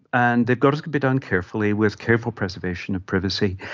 and they've got to be done carefully with careful preservation of privacy,